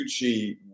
Gucci